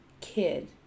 kid